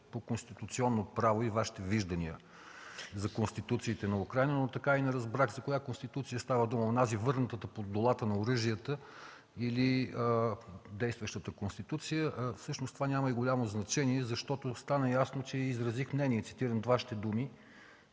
по конституционно право и Вашите виждания за конституциите на Украйна. Обаче така и не разбрах за коя Конституция става дума – онази, върнатата под дулата на оръжията, или действащата Конституция? Всъщност това няма и голямо значение, защото стана ясно, че – изразих мнение – цитирам Вашите думи,